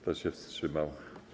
Kto się wstrzymał?